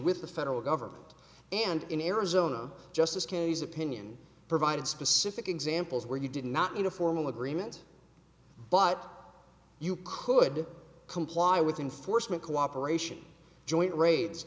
with the federal government and in arizona justice kennedy's opinion provided specific examples where you did not in a formal agreement but you could comply with enforcement cooperation joint raids